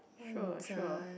sure sure